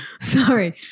Sorry